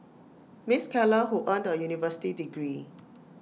miss Keller who earned A university degree